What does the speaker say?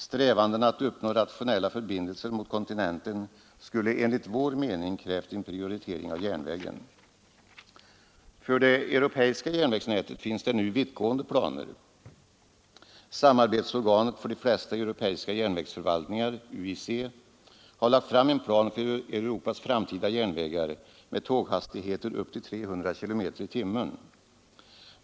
Strävandena att uppnå rationella förbindelser med kontinenten skulle enligt vår mening ha krävt en prioritering av järnvägen. För det europeiska järnvägsnätet finns det nu vittgående planer. Samarbetsorganet för de flesta europeiska järnvägsförvaltningar, UIC, har lagt fram en plan för Europas framtida järnvägar med tåghastigheter på upp till 300 km/tim.